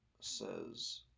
says